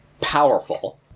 powerful